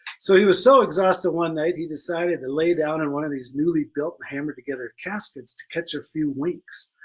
so he was so exhausted one night he decided to lay down in one of these newly built hammer together caskets to catch a few winks.